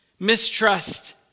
mistrust